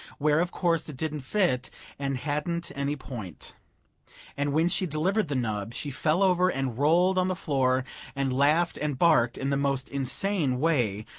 where, of course, it didn't fit and hadn't any point and when she delivered the nub she fell over and rolled on the floor and laughed and barked in the most insane way,